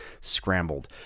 scrambled